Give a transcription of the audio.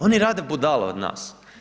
Oni rade budale od nas.